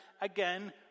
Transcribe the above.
again